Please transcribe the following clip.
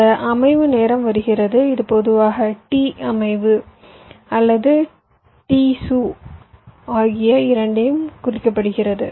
இந்த அமைவு நேரம் வருகிறது இது பொதுவாக t அமைவு அல்லது t su ஆகிய இரண்டாலும் குறிக்கப்படுகிறது